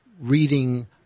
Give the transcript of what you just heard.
reading